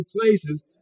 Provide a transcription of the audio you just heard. places